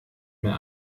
mir